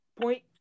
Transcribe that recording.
point